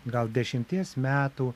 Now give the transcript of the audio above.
gal dešimties metų